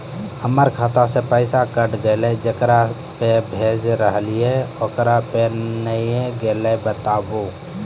हमर खाता से पैसा कैट गेल जेकरा पे भेज रहल रहियै ओकरा पे नैय गेलै बताबू?